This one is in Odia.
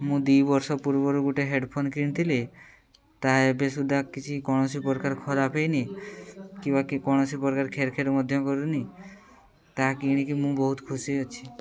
ମୁଁ ଦୁଇ ବର୍ଷ ପୂର୍ବରୁ ଗୋଟେ ହେଡ଼ଫୋନ୍ କିଣିଥିଲି ତାହା ଏବେ ସୁଦ୍ଧା କିଛି କୌଣସି ପ୍ରକାର ଖରାପ୍ ହେଇନି କିମ୍ବା କି କୌଣସି ପ୍ରକାର ଖେର୍ଖେର୍ ମଧ୍ୟ କରୁନି ତାହା କିଣିକି ମୁଁ ବହୁତ ଖୁସି ଅଛି